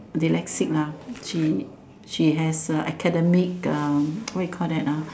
dyslexic lah she she has uh academic uh what you call that ah